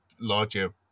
larger